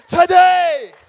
today